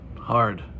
hard